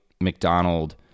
McDonald